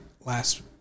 last